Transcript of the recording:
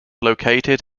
located